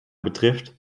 betrifft